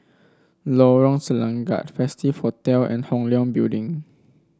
Lorong Selangat Festive Hotel and Hong Leong Building